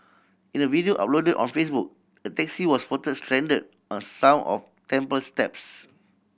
in a video uploaded on Facebook a taxi was spotted stranded on some of temple steps